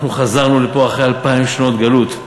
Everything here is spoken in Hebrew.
אנחנו חזרנו לפה אחרי אלפיים שנות גלות,